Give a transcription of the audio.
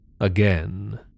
again